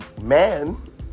Man